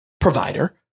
provider